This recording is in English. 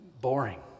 boring